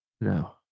No